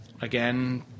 again